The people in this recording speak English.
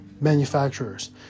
manufacturers